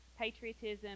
patriotism